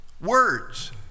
words